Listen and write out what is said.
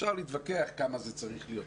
אפשר להתווכח כמה זה צריך להיות,